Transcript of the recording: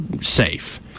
safe